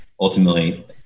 ultimately